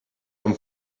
amb